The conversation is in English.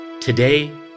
Today